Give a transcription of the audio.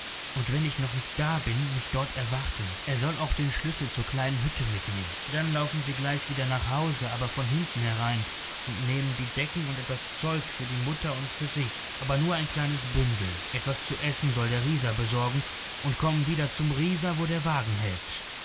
und wenn ich noch nicht da bin mich dort erwarten er soll auch den schlüssel zur kleinen hütte mitnehmen dann laufen sie gleich wieder nach hause aber von hinten herein und nehmen die decken und etwas zeug für die mutter und für sich aber nur ein kleines bündel etwas zu essen soll der rieser besorgen und kommen wieder zum rieser wo der wagen hält